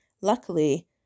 luckily